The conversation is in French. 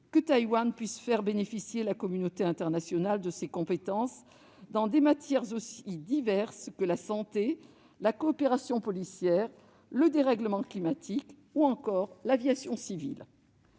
que Taïwan puisse faire bénéficier la communauté internationale de ses compétences dans des matières aussi diverses que la santé, la coopération policière, le dérèglement climatique ou encore l'aviation civile.